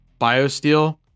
BioSteel